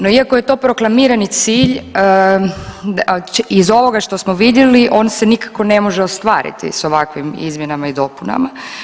No iako je to proklamirani cilj iz ovoga što smo vidjeli on se nikako ne može ostvariti s ovakvim izmjenama i dopunama.